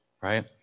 right